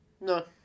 No